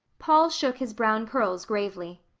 paul shook his brown curls gravely.